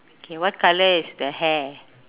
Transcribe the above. okay what colour is the hair